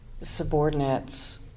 subordinates